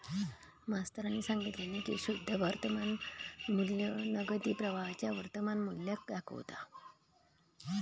मास्तरानी सांगितल्यानी की शुद्ध वर्तमान मू्ल्य नगदी प्रवाहाच्या वर्तमान मुल्याक दाखवता